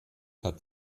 hat